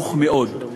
נמוך מאוד.